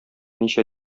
ничә